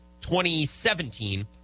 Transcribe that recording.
2017